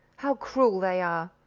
how cruel they are!